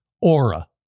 Aura